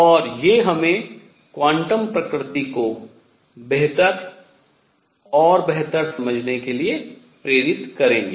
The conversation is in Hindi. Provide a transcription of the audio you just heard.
और ये हमें क्वांटम प्रकृति को बेहतर और बेहतर समझने के लिए प्रेरित करेंगे